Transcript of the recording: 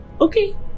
Okay